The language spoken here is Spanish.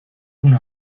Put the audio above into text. una